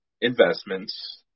investments